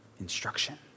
instruction